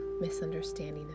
misunderstanding